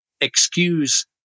excuse